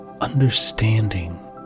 understanding